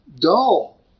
dull